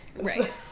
Right